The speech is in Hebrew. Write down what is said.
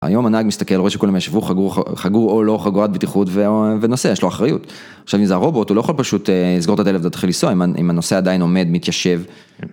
היום הנהג מסתכל, רואה שכולם ישבו חגרו או לא חגרו חגורת בטיחות ונוסע, יש לו אחריות. עכשיו אם זה הרובוט, הוא לא יכול פשוט לסגור את הטלפון ולהתחיל לנסוע, אם הנושא עדיין עומד, מתיישב.